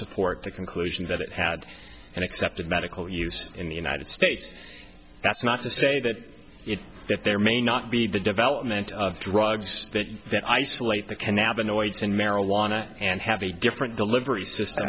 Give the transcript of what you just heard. support the conclusion that it had an accepted medical use in the united states that's not to say that if there may not be the development of drugs that that isolate the canal benoit's in marijuana and have a different delivery system